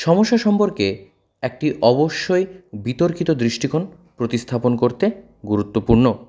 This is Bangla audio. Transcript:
সমস্যা সম্পর্কে একটি অবশ্যই বিতর্কিত দৃষ্টিকোণ প্রতিস্থাপন করতে গুরুত্বপূর্ণ